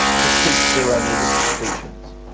to teach their own religious teachings.